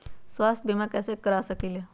स्वाथ्य बीमा कैसे करा सकीले है?